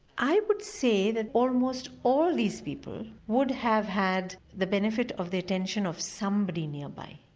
i would say that almost all these people would have had the benefit of the attention of somebody nearby.